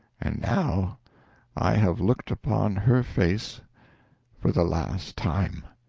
and now i have looked upon her face for the last time.